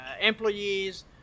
employees